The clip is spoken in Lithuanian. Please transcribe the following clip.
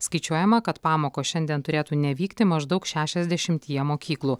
skaičiuojama kad pamokos šiandien turėtų nevykti maždaug šešiasdešimtyje mokyklų